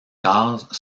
cases